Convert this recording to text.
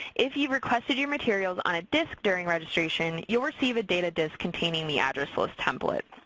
if you requested your materials on a disc during registration, you will receive a data disc containing the address list template.